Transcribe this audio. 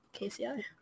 KCI